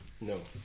No